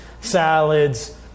salads